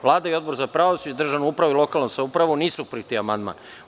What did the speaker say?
Vlada i Odbor za pravosuđe, državnu upravu i lokalnu samoupravu nisu prihvatili amandman.